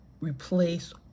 replace